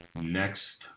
next